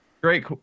Great